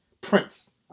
prince